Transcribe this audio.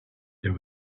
there